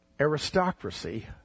aristocracy